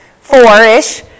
four-ish